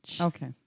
Okay